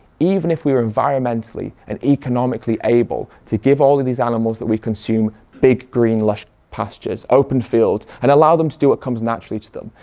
even if we were environmentally and economically able to give all of these animals that we consume big green lush pastures, open fields and allow them to do what comes naturally to them.